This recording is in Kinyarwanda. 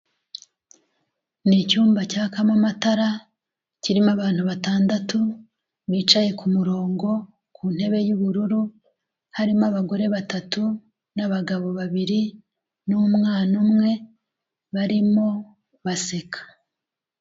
Ni icyumba cyakamo amatara, kirimo abantu batandatu bicaye ku murongo ku ntebe y'ubururu, harimo abagore batatu n'abagabo babiri n'umwana umwe barimo baseka.